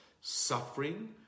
suffering